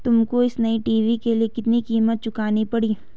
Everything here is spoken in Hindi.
तुमको इस नए टी.वी के लिए कितनी कीमत चुकानी पड़ी?